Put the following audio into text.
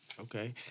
Okay